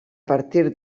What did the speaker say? partir